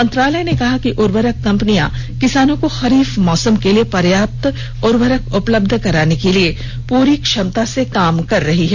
मंत्रालय ने कहा कि उर्वरक कंपनियां किसानों को खरीफ मौसम के लिए पर्याप्त उर्वरक उपलब्ध कराने के लिए पूरी क्षमता से काम कर रही हैं